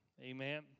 Amen